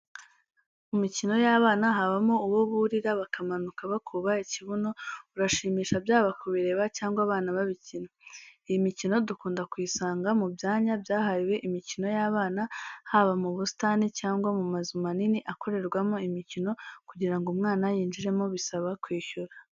Mu mikino y'abana habamo uwo burira bakamanuka bakuba ikibuno, urashimisha byaba kubireba cyangwa abana babikina. Iyo mikino dukunda kuyisanga mu byanya byahariwe imikino y'abana haba mu busitani cyangwa mu mazu manini akorerwamo imikino kugira ngo umwana yinjiremo bisaba kwishyura.